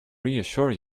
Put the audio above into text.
reassure